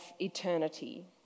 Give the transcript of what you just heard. eternity